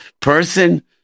Person